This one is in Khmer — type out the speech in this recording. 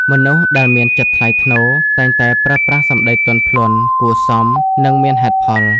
មនុស្សដែលមានចិត្តថ្លៃថ្នូរ តែងតែប្រើប្រាស់សម្ដីទន់ភ្លន់ គួរសម និងមានហេតុផល។